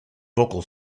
vocal